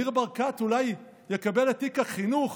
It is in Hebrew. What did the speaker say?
ניר ברקת אולי יקבל את תיק החינוך,